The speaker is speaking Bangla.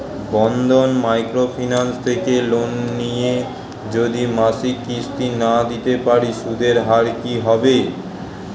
বন্ধন মাইক্রো ফিন্যান্স থেকে লোন নিয়ে যদি মাসিক কিস্তি না দিতে পারি সুদের হার কি হবে?